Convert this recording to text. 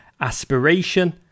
aspiration